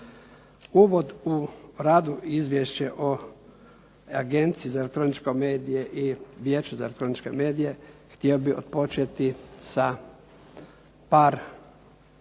Uvod u radu Izvješće o Agenciji za elektroničko medije i Vijeće za elektroničke medije htio bi otpočeti sa par